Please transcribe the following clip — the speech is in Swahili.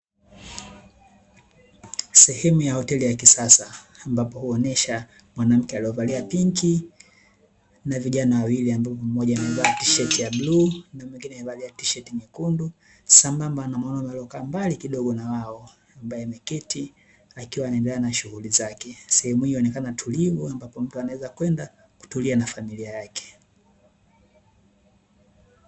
Sehemu ya hoteli ya kisasa, ambapo huonyesha mwanamke aliyevalia pinki na vijana wawili ambao mmoja amevalia tisheti ya bluu na mwingine amevalia tisheti nyekundu, sambamba na mwanaume aliyekaa mbali kidogo na wao, ambae ameketi akiwa anaendelea na shughuli zake, sehemu hiyo ni kama tulivu, mtu anaweza kwenda kutulia na familia yake